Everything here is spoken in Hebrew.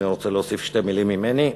אני רוצה להוסיף שתי מילים ממני.